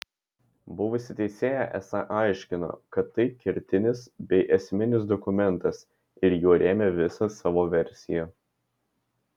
buvusi teisėja esą aiškino kad tai kertinis bei esminis dokumentas ir juo rėmė visą savo versiją